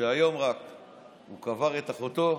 שהיום קבר את אחותו,